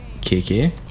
KK